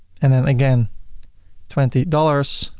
and then again twenty dollars,